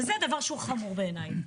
וזה דבר שהוא חמור בעיניי.